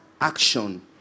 action